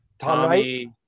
Tommy